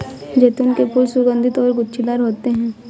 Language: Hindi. जैतून के फूल सुगन्धित और गुच्छेदार होते हैं